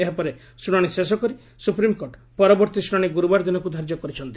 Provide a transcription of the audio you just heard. ଏହା ପରେ ଶୁଣାଣି ଶେଷ କରି ସୁପ୍ରିମକୋର୍ଟ ପରବର୍ତ୍ତୀ ଶୁଣାଣି ଗୁରୁବାର ଦିନକୁ ଧାର୍ଯ୍ୟ କରିଛନ୍ତି